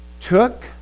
took